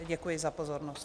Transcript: Děkuji za pozornost.